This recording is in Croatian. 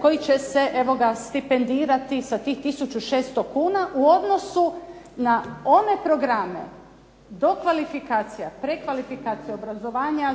koji će se stipendirati sa tih 1600 kuna u odnosu na one programe dokvalifikacija, prekvalifikacija, obrazovanja